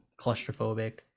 claustrophobic